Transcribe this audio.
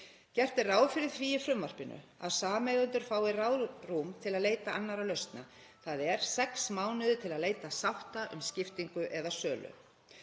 Gert er ráð fyrir því í frumvarpinu að sameigendur fái ráðrúm til að leita annarra lausna, þ.e. sex mánuðir til að leita sátta um skiptingu eða sölu.